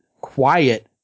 quiet